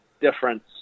difference